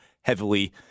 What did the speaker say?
heavily